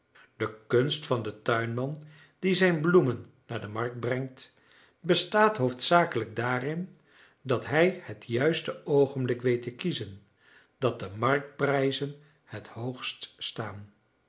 de kunst van den tuinman die zijn bloemen naar de markt brengt bestaat hoofdzakelijk daarin dat hij het juiste oogenblik weet te kiezen dat de marktprijzen het hoogst staan